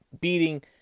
beating